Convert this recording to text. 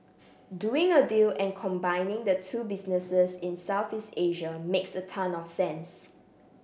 doing a deal and combining the two businesses in Southeast Asia makes a ton of sense